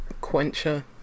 quencher